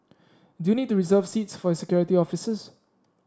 do you need to reserve seats for his security officers